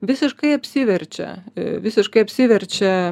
visiškai apsiverčia visiškai apsiverčia